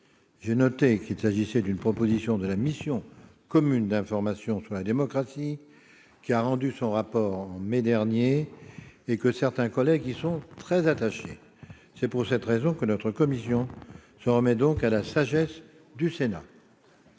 j'ai noté qu'il s'agissait d'une proposition de la mission commune d'information sur la démocratie, laquelle a rendu son rapport en mai dernier, et que certains de nos collègues y étaient très attachés. C'est la raison pour laquelle notre commission s'en remet à la sagesse du Sénat.